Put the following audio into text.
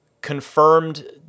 confirmed